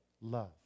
love